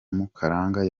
mukarange